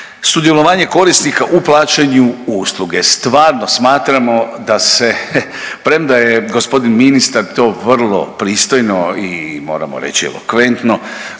sudjelovanje korisnika u plaćanju usluge, stvarno smatramo da se, premda je g. ministar to vrlo pristojno i moramo reći, elokventno